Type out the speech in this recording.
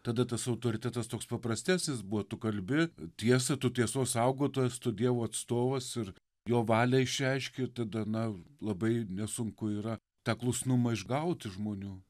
tada tas autoritetas toks paprastesnis buvo tu kalbi tiesą tu tiesos saugotojas tu dievo atstovas ir jo valią išreiški ir tada na labai nesunku yra tą klusnumą išgauti iš žmonių